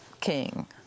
king